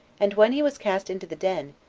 and when he was cast into the den,